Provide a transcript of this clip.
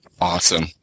awesome